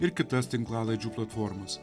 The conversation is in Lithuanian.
ir kitas tinklalaidžių platformas